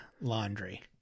Laundry